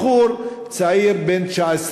בחור צעיר בן 19,